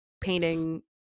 painting